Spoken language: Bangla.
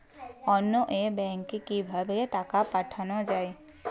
অন্যত্র ব্যংকে কিভাবে টাকা পাঠানো য়ায়?